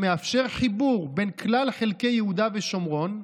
המאפשר חיבור בין כלל חלקי יהודה ושומרון,